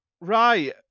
right